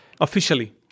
officially